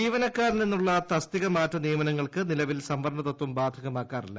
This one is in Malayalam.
ജീവനക്കാരിൽ നിന്നുള്ള തസ്തിക മാറ്റ നിയമനങ്ങൾക്ക് നിലവിൽ സംവരണ തത്വം ബാധകമാക്കാറില്ല